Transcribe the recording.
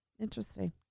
Interesting